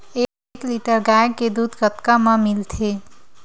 एक लीटर गाय के दुध कतका म मिलथे?